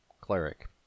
cleric